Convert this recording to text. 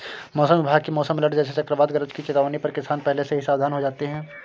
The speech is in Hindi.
मौसम विभाग की मौसम अलर्ट जैसे चक्रवात गरज की चेतावनी पर किसान पहले से ही सावधान हो जाते हैं